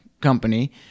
company